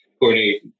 coordinate